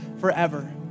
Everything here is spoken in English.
forever